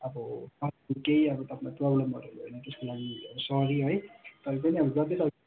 अब अरू केही अब तपाईँलाई प्रब्लमहरू भयो भने त्यसको लागि सरी है तापनि अब जति सक्दो